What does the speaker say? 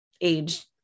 age